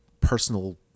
personal